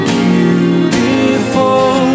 beautiful